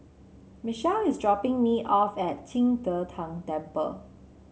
Michelle is dropping me off at Qing De Tang Temple